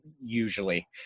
usually